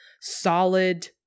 solid